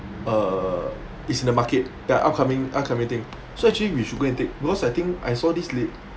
uh it's in the market they are upcoming upcoming thing so actually we should go and take because I think I saw this li~